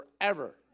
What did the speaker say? forever